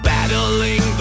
Battling